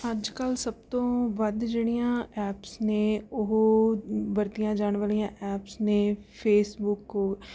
ਅੱਜ ਕੱਲ੍ਹ ਸਭ ਤੋਂ ਵੱਧ ਜਿਹੜੀਆਂ ਐਪਸ ਨੇ ਉਹ ਵਰਤੀਆਂ ਜਾਣ ਵਾਲੀਆਂ ਐਪਸ ਨੇ ਫੇਸਬੁੱਕ